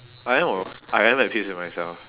I know I am at peace with myself